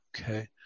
Okay